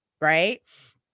right